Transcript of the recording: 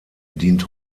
dient